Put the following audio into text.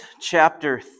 chapter